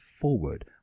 forward